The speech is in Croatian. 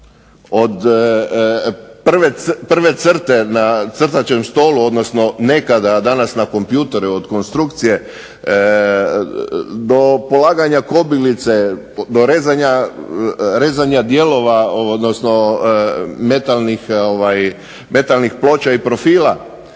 od prve crte na crtaćem stolu, odnosno nekada a danas na kompjutoru, od konstrukcije do polaganja kobilice, do rezanja dijelova odnosno metalnih ploča i profila,